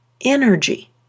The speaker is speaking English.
energy